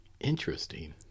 Interesting